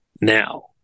now